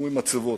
דמויי מצבות.